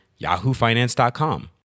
yahoofinance.com